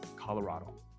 Colorado